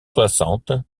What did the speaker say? soixante